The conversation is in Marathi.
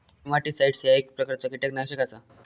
नेमाटीसाईट्स ह्या एक प्रकारचा कीटकनाशक आसा